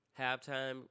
Halftime